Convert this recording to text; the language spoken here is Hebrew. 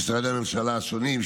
למשרדי הממשלה השונים,